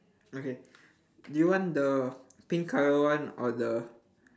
okay do you want the pink colour one or the